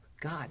god